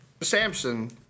Samson